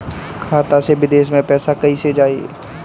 खाता से विदेश मे पैसा कईसे जाई?